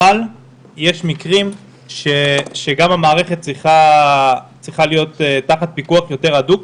אבל יש מקרים שגם המערכת צריכה להיות תחת פיקוח יותר הדוק.